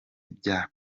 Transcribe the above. bya